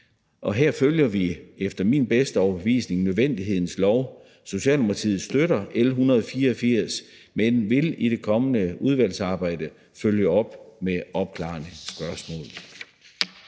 Og her følger vi efter min bedste overbevisning nødvendighedens lov, og Socialdemokratiet støtter L 184, men vil i det kommende udvalgsarbejde følge op med opklarende spørgsmål.